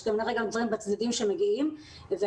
יש גם דברים שמגיעים בצדדים.